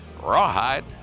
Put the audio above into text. Rawhide